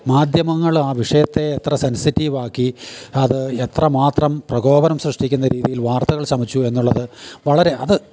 മാധ്യമങ്ങൾ ആ വിഷയത്തെ എത്ര സെൻസിറ്റീവാക്കി അത് എത്ര മാത്രം പ്രകോപനം സൃഷ്ടിക്കുന്ന രീതിയിൽ വാർത്തകൾ ചമച്ചു എന്നുള്ളത് വളരെ അത്